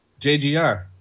JGR